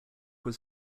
was